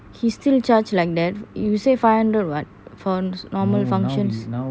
he still charge like that you say five hundred [what] for normal functions